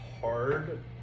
hard